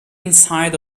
inside